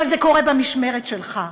אבל זה קורה במשמרת שלך.